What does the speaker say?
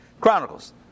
Chronicles